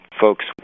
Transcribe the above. folks